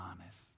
honest